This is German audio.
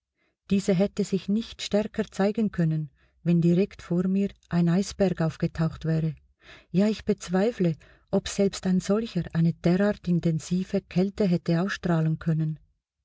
diese hätte sich nicht stärker zeigen können wenn direkt vor mir ein eisberg aufgetaucht wäre ja ich bezweifle ob selbst ein solcher eine derart intensive kälte hätte ausstrahlen können